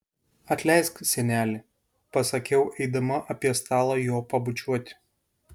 atleisk seneli pasakiau eidama apie stalą jo pabučiuoti